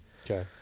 okay